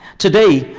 today,